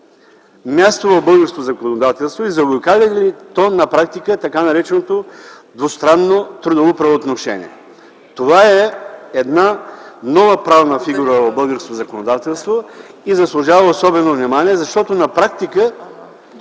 място в българското законодателство и заобикаля ли то на практика така нареченото двустранно трудово правоотношение? Това е една нова правна фигура в българското законодателство и заслужава особено внимание, защото на практика